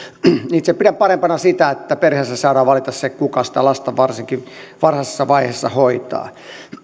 itse pidän parempana sitä että perheessä saadaan valita se kuka sitä lasta varsinkin varhaisessa vaiheessa hoitaa